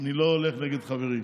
אני לא הולך נגד חברים.